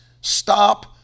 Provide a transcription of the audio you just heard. stop